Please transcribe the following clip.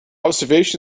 observation